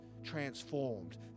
Transformed